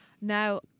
Now